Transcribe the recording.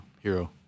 hero